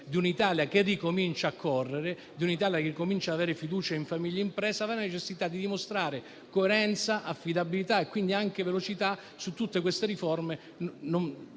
di un'Italia che ricomincia a correre, di un'Italia che ricomincia ad avere fiducia in famiglie ed imprese, aveva la necessità di dimostrare coerenza, affidabilità e quindi anche velocità su tutte queste riforme.